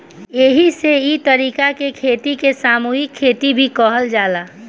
एही से इ तरह के खेती के सामूहिक खेती भी कहल जाला